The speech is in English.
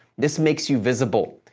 this makes you visible,